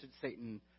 Satan